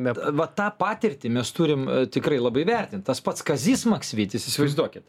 bet va tą patirtį mes turim tikrai labai vertint tas pats kazys maksvytis įsivaizduokit